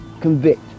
convict